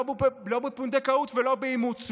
לא בפונדקאות ולא באימוץ,